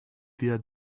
wir